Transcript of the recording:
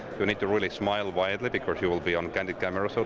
you'll need to really smile widely because you'll be on candid camera, so